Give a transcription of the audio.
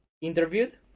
interviewed